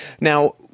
Now